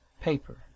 PAPER